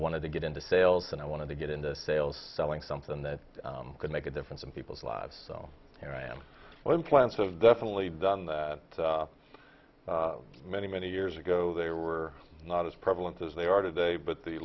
wanted to get into sales and i wanted to get into sales selling something that could make a difference in people's lives so here i am when plants of definitely done that many many years ago they were not as prevalent as they are today but the